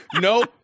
No